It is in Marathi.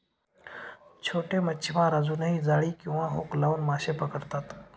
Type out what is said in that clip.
छोटे मच्छीमार अजूनही जाळी किंवा हुक लावून मासे पकडतात